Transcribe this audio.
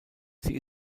sie